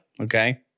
okay